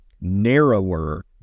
narrower